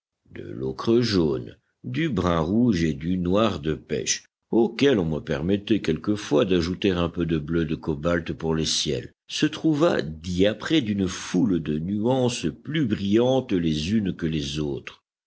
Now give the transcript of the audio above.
de l'ocre jaune du brun rouge et du noir de pêche auxquelles on me permettait quelquefois d'ajouter un peu de bleu de cobalt pour les ciels se trouva diaprée d'une foule de nuances plus brillantes les unes que les autres